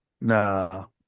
No